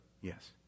Yes